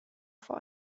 vor